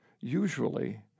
Usually